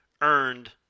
earned